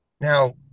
Now